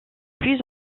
plus